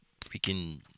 freaking